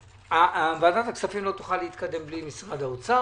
ועדת הכספים לא תוכל להתקדם בלי משרד האוצר,